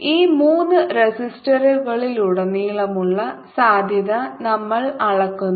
ഈ മൂന്ന് റെസിസ്റ്ററുകളിലുടനീളമുള്ള സാധ്യത നമ്മൾ അളക്കുന്നു